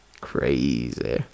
Crazy